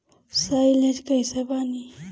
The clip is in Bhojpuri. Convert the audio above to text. साईलेज कईसे बनी?